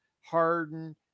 Harden